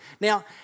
Now